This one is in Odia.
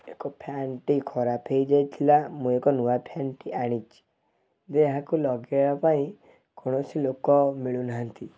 ଏକ ଫ୍ୟାନ୍ଟି ଖରାପ ହୋଇଇଯାଇଥିଲା ମୁଁ ଏକ ନୂଆ ଫ୍ୟାନ୍ଟି ଆଣିଛି ଯେ ଏହାକୁ ଲଗେଇବା ପାଇଁ କୌଣସି ଲୋକ ମିଳୁ ନାହାନ୍ତି